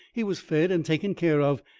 he was fed and taken care of,